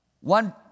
One